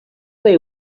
they